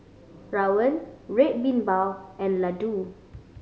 rawon Red Bean Bao and laddu